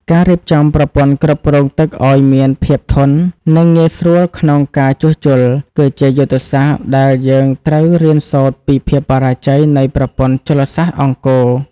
ការរៀបចំប្រព័ន្ធគ្រប់គ្រងទឹកឱ្យមានភាពធន់ និងងាយស្រួលក្នុងការជួសជុល គឺជាយុទ្ធសាស្ត្រដែលយើងត្រូវរៀនសូត្រពីភាពបរាជ័យនៃប្រព័ន្ធជលសាស្ត្រអង្គរ។